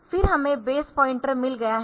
फिर हमें base pointer मिल गया है